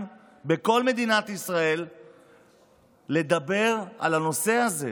בכל מדינת ישראל לדבר על הנושא הזה?